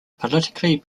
politically